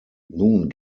nun